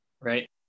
right